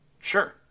Sure